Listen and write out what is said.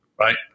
right